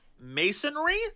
masonry